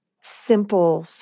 simple